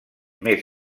més